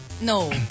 no